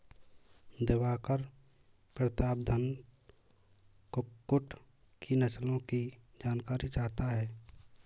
दिवाकर प्रतापधन कुक्कुट की नस्लों की जानकारी चाहता है